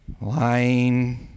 lying